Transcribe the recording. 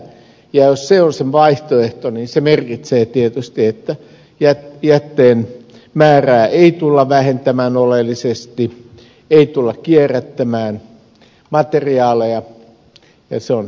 jos se on se vaihtoehto niin se merkitsee tietysti sitä että jätteen määrää ei tulla vähentämään oleellisesti ei tulla kierrättämään materiaaleja ja se on ongelma